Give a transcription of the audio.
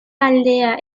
aldea